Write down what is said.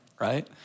right